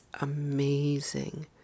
amazing